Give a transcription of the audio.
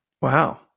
Wow